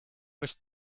was